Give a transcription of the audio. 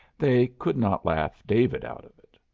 they could not laugh david out of it.